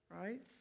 right